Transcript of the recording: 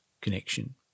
connection